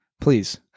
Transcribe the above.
please